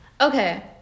Okay